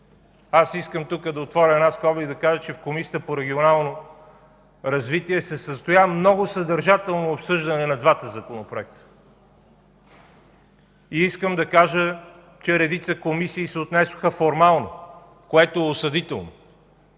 Тук искам да отворя една скоба и да кажа, че в Комисията по регионално развитие се състоя много съдържателно обсъждане на двата законопроекта. Искам да кажа, че редица комисии се отнесоха формално, което е осъдително.